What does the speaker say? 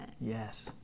Yes